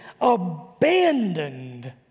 abandoned